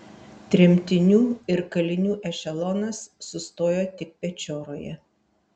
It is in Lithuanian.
tremtinių ir kalinių ešelonas sustojo tik pečioroje